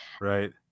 right